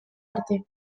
arte